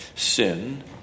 sin